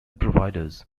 providers